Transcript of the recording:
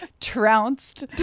trounced